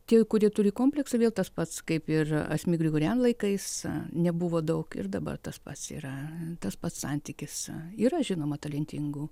tie kurie turi kompleksą vėl tas pats kaip ir asmik grigorian laikais nebuvo daug ir dabar tas pats yra tas pats santykis yra žinoma talentingų